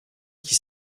qui